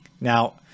Now